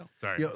sorry